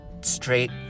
straight